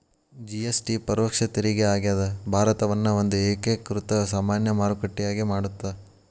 GST ಪರೋಕ್ಷ ತೆರಿಗೆ ಆಗ್ಯಾದ ಭಾರತವನ್ನ ಒಂದ ಏಕೇಕೃತ ಸಾಮಾನ್ಯ ಮಾರುಕಟ್ಟೆಯಾಗಿ ಮಾಡತ್ತ